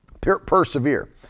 persevere